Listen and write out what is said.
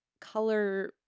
color